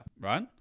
Right